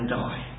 die